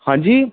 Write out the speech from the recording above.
ਹਾਂਜੀ